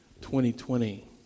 2020